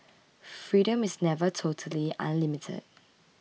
freedom is never totally unlimited